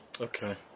Okay